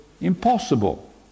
Impossible